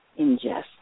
ingest